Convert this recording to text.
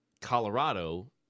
colorado